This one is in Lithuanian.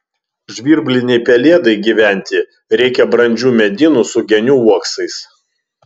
žvirblinei pelėdai gyventi reikia brandžių medynų su genių uoksais